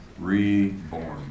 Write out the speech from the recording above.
reborn